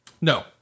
No